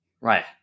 Right